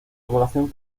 decoración